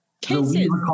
Cases